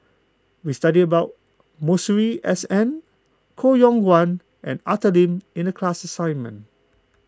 we studied about Masuri S N Koh Yong Guan and Arthur Lim in the class assignment